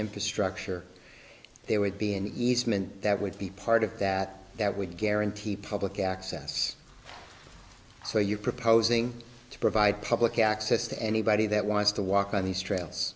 infrastructure there would be an easement that would be part of that that would guarantee public access so you're proposing to provide public access to anybody that wants to walk on these trails